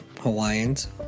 Hawaiians